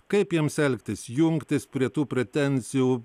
kaip jiems elgtis jungtis prie tų pretenzijų